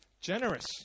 generous